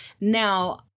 Now